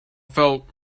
felt